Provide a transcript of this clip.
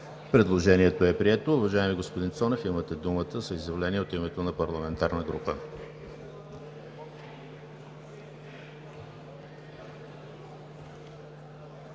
Предложението е прието. Уважаеми господин Цонев, имате думата за изявление от името на парламентарната група.